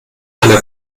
eine